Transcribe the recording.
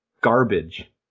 garbage